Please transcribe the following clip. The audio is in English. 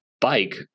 bike